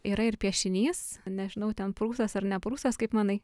yra ir piešinys nežinau ten prūsas ar ne prūsas kaip manai